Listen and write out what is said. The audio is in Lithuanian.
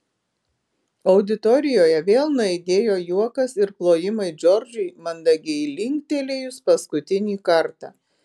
auditorijoje vėl nuaidėjo juokas ir plojimai džordžui mandagiai linktelėjus paskutinį kartą